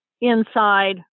inside